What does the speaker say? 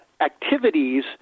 activities